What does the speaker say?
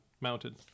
mounted